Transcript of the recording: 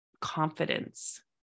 confidence